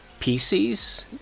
PCs